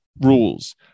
rules